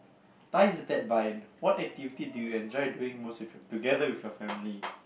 ties that bind what activity do you enjoy doing most together with your family